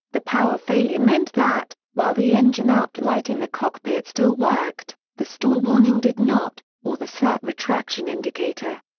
the power failure meant that, while the engine out light in the cockpit still worked, the stall warning did not, or the slat retraction indicator.